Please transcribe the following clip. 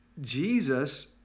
Jesus